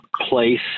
place